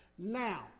Now